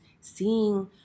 Seeing